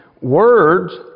words